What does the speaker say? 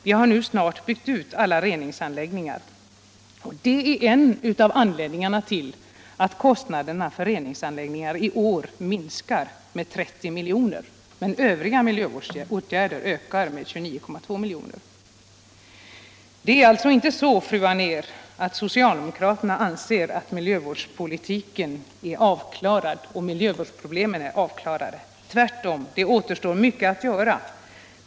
Vi har snart bytt ut alla reningsanläggningar. Och det är en av anledningarna till att kostnaderna för reningsanläggningar i år minskar med 30 miljoner, medan övriga miljövårdsåtgärder ökar med 29,2 miljoner. Det är alltså inte så, fru Anér, att socialdemokraterna anser att miljövårdsproblemen är avklarade. Tvärtom. Det återstår mycket att göra.